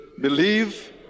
Believe